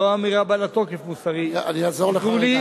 לא אמירה בעלת תוקף מוסרי, אני אעזור לך.